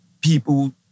people